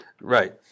right